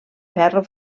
ferro